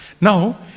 now